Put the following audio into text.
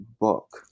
book